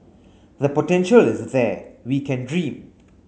the potential is there we can dream